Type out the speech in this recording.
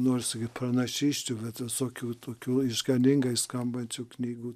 nors pranašysčių bet visokių tokių išganingai skambančių knygų